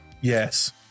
Yes